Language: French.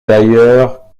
d’ailleurs